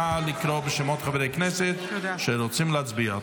נא לקרוא בשמות חברי הכנסת שרוצים להצביע.